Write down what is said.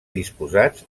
disposats